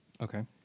okay